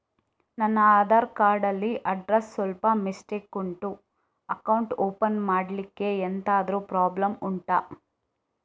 ನನ್ನ ಆಧಾರ್ ಕಾರ್ಡ್ ಅಲ್ಲಿ ಅಡ್ರೆಸ್ ಸ್ವಲ್ಪ ಮಿಸ್ಟೇಕ್ ಉಂಟು ಅಕೌಂಟ್ ಓಪನ್ ಮಾಡ್ಲಿಕ್ಕೆ ಎಂತಾದ್ರು ಪ್ರಾಬ್ಲಮ್ ಉಂಟಾ